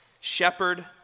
shepherd